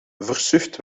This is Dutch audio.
versuft